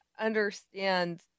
understand